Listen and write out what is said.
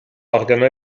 organo